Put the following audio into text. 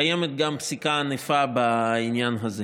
קיימת גם פסיקה ענפה בעניין הזה.